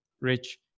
Rich